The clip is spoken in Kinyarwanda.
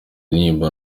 intimba